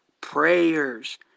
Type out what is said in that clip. prayers